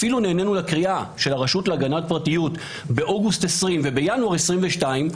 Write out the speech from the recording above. אפילו נענינו לקריאה של הרשות להגנת פרטיות באוגוסט 20' ובינואר 22'